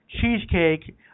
cheesecake